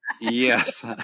Yes